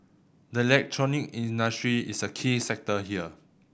the electronics industry is a key sector here